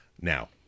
now